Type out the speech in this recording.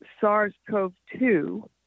SARS-CoV-2